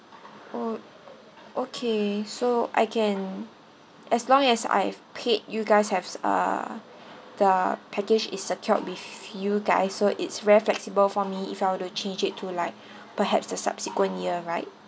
oh okay so I can as long as I've paid you guys have uh the package is secured with you guys so it's very flexible for me if I were to change it to like perhaps the subsequent year right